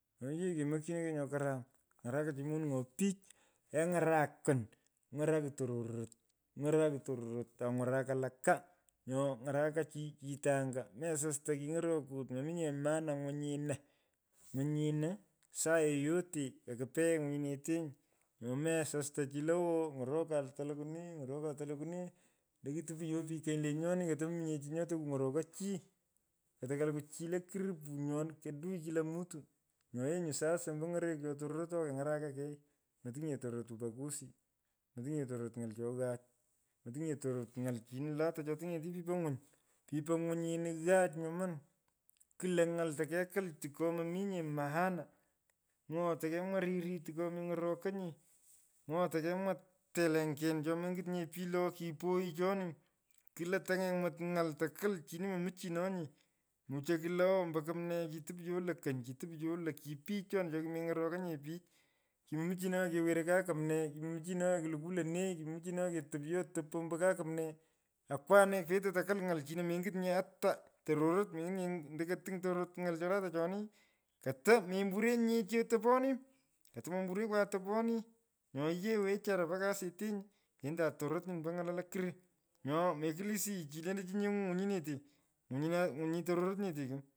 Nyoo yee kemokyinokei nyo karam. ng’araka chi manung’o pich. keny’arak kony. kuny’arakun tororot taku ng’arok wotaka. nyo ng’aroka chi chito anga mesasta kiny’orokut. mominye maana ngwunyinu. ngwunyinu kila saa yoyote. kakupea ngwunyinete nyi. Nyo mesasta chi lo awoo ny’orokan to lukwu nee ng’orokan to lukwu nee. Ndo kitopyo pich keny lenyoni koyo mominye chi nyo takuny’arokoi chi. Koto kolukwu chi lokurr punyan adui kila mtu. Nyo yee nyu ombo ny’orekeyo tororokot ke ny’araka kei motiny nye tororot ubaguzi motiny nye tororot ny’al cho ghaach. motinye tororot ny’al chino lata cho tingeti pipo ngwinyimu pipo ngwinyinu. ghaach nyuman. kuley ny’al toke tiko. mominye maana. mwoghoi tekee mwaa riri tiko meny’orokonye’mwoynoi tekee mwaa telenyen cho menyit nye pich lo kipo oyi choni. Kuloy ptanyenymot ny’ai tukwol chino momichinonyee mucho kulo oo omuo kumnee kitipyo lo kony kitipyo lo. kipch choni mcho kimeny’rokenye pich kimomichinonye kewerey kaa kumnee. kimomichinonye kiluku lonee. kimomichinonye ketyopyo otopombo kaa kumnee. Akwane petoy to kwul ng’al chini mengitinya ataa tororot mengitinya. Ndoko ketiny tororot ngal cho lata choni koto memburyenyinye etoponi. Keta memborekwanye etopani. Nye yee wecharaa po kasetenyi ando tororot nyini po ny’ala lokurr. nyo mekulisiyi chi lendochi nyengu nywinyinete. ngwinyina ngwinyi tororot nyete ko.